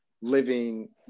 living